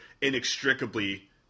inextricably